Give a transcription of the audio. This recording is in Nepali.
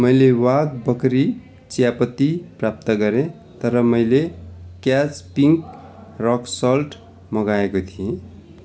मैले बाघबकरी चियापत्ती प्राप्त गरेँ तर मैले क्याच पिङ्क रक सल्ट मगाएको थिएँ